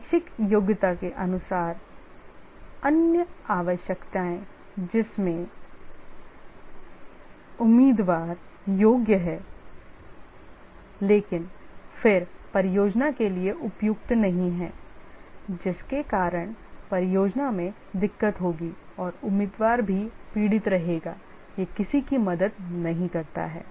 शैक्षिक योग्यता के अनुसार अन्य आवश्यकताएं जिसमेंvउम्मीदवार योग्य हैं लेकिन फिर परियोजना के लिए उपयुक्त नहीं है जिसके कारण परियोजना में दिक्कत होगी और उम्मीदवार भी पीड़ित रहेगा यह किसी की मदद नहीं करता है